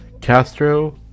Castro